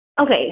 Okay